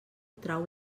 trau